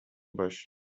باش